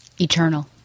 eternal